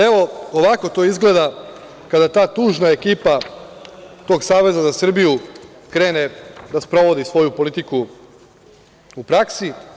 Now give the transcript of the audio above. Evo, ovako to izgleda, kada ta tužna ekipa tog Saveza za Srbiju krene da sprovodi svoju politiku u praksi.